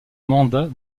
mandat